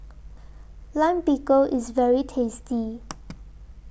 Lime Pickle IS very tasty